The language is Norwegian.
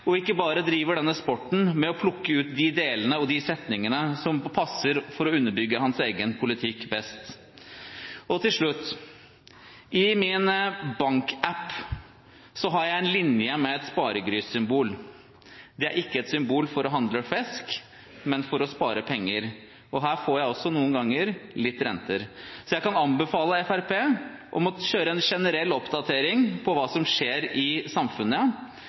og ikke bare driver denne sporten med å plukke ut de delene og de setningene som passer best for å underbygge sin egen politikk. Til slutt: I min bank-app har jeg en linje med et sparegrissymbol. Det er ikke et symbol for å handle flesk, men for å spare penger. Her får jeg også noen ganger litt renter. Så jeg kan anbefale Fremskrittspartiet å kjøre en generell oppdatering på hva som skjer i samfunnet: